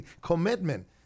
commitment